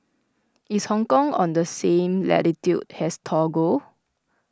is Hong Kong on the same latitude as Togo